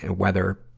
ah whether,